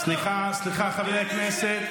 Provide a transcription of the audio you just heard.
סליחה, חברי הכנסת.